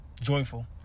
joyful